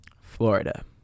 Florida